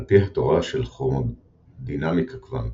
על פי התורה של כרומודינמיקה קוונטית,